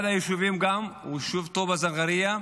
אחד היישובים הוא היישוב טובא-זנגרייה.